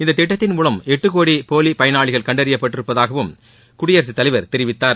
இந்த திட்டத்தின் மூலம் எட்டு கோடி போலி பயனாளிகள் கண்டறியப்பட்டிருப்பதாகவும் குடியரசுத் தலைவர் தெரிவித்தார்